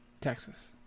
Texas